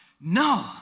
no